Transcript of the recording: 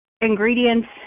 ingredients